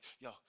yo